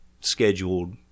Scheduled